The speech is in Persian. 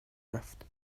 رفت